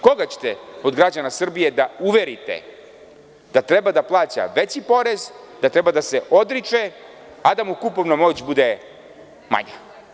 Koga ćete od građana Srbije da uverite da treba da plaća veći porez, da treba da se odriče, a da mu kupovna moć bude manja?